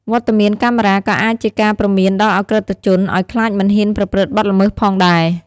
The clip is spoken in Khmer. វត្តមានកាមេរ៉ាក៏អាចជាការព្រមានដល់ឧក្រិដ្ឋជន ឲ្យខ្លាចមិនហ៊ានប្រព្រឹត្តបទល្មើសផងដែរ។